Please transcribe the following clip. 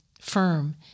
firm